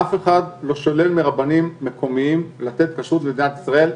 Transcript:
אף אחד לא שולל מרבנים מקומיים לתת כשרות במדינת ישראל.